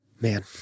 man